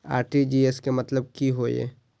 RTGS के मतलब की होय ये?